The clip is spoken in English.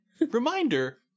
reminder